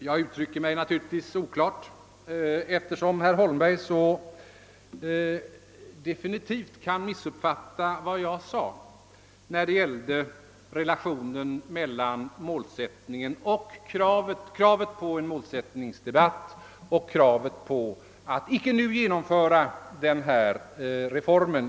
Jag uttryckte mig naturligtvis oklart, eftersom herr Holmberg så definitivt kunde missuppfatta vad jag sade om relationen mellan kravet på en målsättningsdebatt och kravet på att icke nu genomföra reformen.